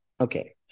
Okay